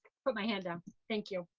put my hand down. thank you.